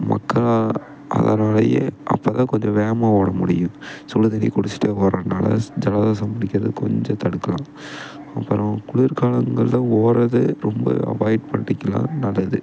மக்களால் அதனாலயே அப்போ தான் கொஞ்சம் வேகமாக ஓட முடியும் சுடு தண்ணி குடிச்சிவிட்டு ஓடுறதுனால ஜலதோஷம் பிடிக்கிறது கொஞ்சம் தடுக்கலாம் அப்புறம் குளிர்காலங்களில் ஓடுறது ரொம்ப அவாய்ட் பண்ணிக்கலாம் நல்லது